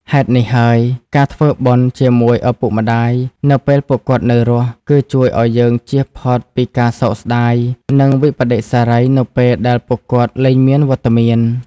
ហេតុនេះហើយ ការធ្វើបុណ្យជាមួយឪពុកម្តាយនៅពេលពួកគាត់នៅរស់ គឺជួយឲ្យយើងចៀសផុតពីការសោកស្តាយ និងវិប្បដិសារីនៅពេលដែលពួកគាត់លែងមានវត្តមាន។